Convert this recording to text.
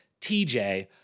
TJ